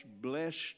blessed